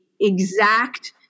exact